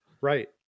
Right